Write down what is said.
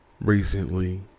recently